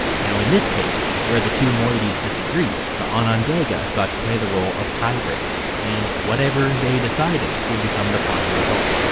now, in this case, where the two moieties disagreed, the onondaga got to play the role of tiebreaker, and whatever they decided would become the final result.